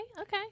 Okay